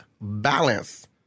balance